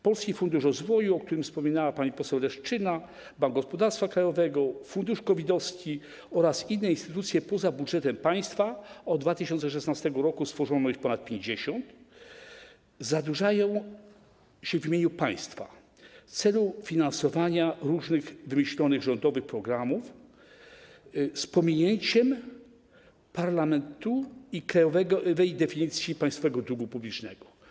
Polski Fundusz Rozwoju, o którym wspominała pani poseł Leszczyna, Bank Gospodarstwa Krajowego, fundusz COVID-owy oraz inne instytucje poza budżetem państwa - od 2016 r. stworzono ich ponad 50 - zadłużają się w imieniu państwa w celu finansowania różnych wymyślonych rządowych programów, z pominięciem parlamentu i krajowej definicji państwowego długu publicznego.